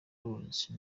laurence